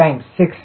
80